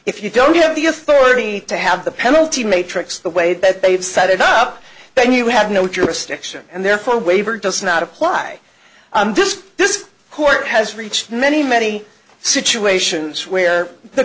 if you don't have the authority to have the penalty matrix the way that they've set it up then you have no jurisdiction and therefore waiver does not apply this court has reached many many situations where the